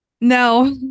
No